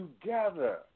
together